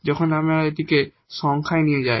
যখন আমরা এটিকে সংখ্যায় নিয়ে যাই